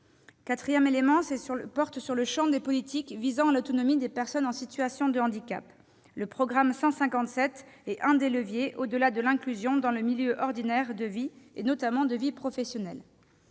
quatrième priorité porte sur les politiques visant à l'autonomie des personnes en situation de handicap, dont le programme 157 est l'un des leviers au-delà de l'inclusion dans le milieu ordinaire de vie, notamment de vie professionnelle.